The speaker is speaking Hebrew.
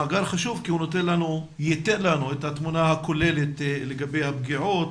המאגר חשוב כי הוא ייתן לנו את התמונה הכוללת לגבי הפגיעות